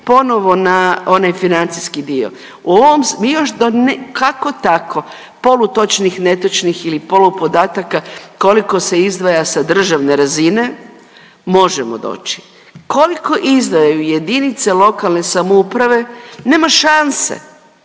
ponovno na onaj financijski dio, mi još kako tako polutočnih, netočnih ili polupodataka koliko se izdvaja sa državne razine možemo doći, koliko izdaju jedinice lokalne samouprave nema šanse,